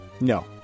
No